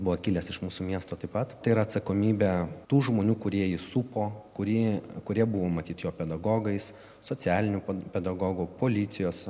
buvo kilęs iš mūsų miesto taip pat ir atsakomybė tų žmonių kurie jį supo kurie kurie buvo matyt jo pedagogais socialinių pedagogų policijos